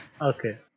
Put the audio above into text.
Okay